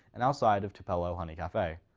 and outside of tupelo honey cafe.